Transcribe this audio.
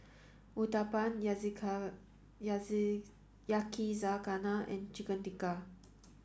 Uthapam Yakizakana and Chicken Tikka